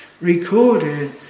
recorded